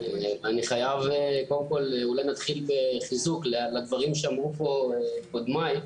אני חייב קודם כל אולי נתחיל בחיזוק לדברים שאמרו פה קודמיי,